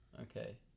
Okay